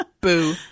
Boo